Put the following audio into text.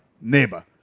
Neighbor